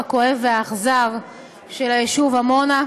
הכואב והאכזר של היישוב עמונה.